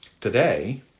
Today